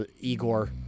Igor